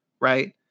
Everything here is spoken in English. Right